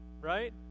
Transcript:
Right